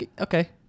okay